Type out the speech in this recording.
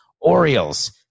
Orioles